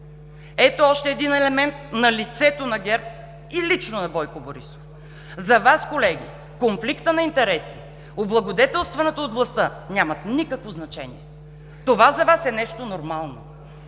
Ето още един елемент на лицето на ГЕРБ и лично на Бойко Борисов. За Вас, колеги, конфликтът на интереси, облагодетелстването от властта нямат никакво значение. Това за Вас е нещо нормално!